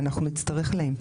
אנחנו נצטרך להם,